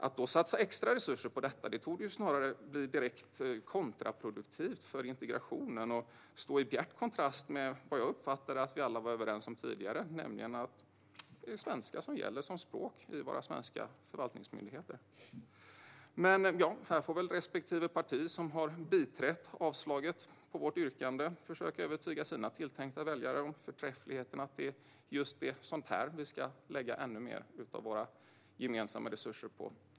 Att satsa extra resurser på detta torde snarare bli direkt kontraproduktivt för integrationen och stå i bjärt kontrast till vad jag uppfattade att vi alla var överens om tidigare, nämligen att det är svenska som gäller som språk i våra svenska förvaltningsmyndigheter. Men här får väl respektive parti som har biträtt avslaget på vårt yrkande försöka övertyga sina tilltänkta väljare om förträffligheten i att det är just sådant här vi ska lägga ännu mer av våra gemensamma resurser på.